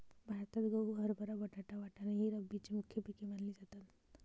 भारतात गहू, हरभरा, बटाटा, वाटाणा ही रब्बीची मुख्य पिके मानली जातात